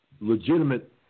legitimate